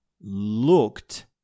looked